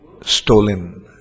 stolen